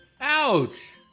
Ouch